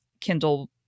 kindle